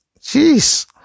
Jeez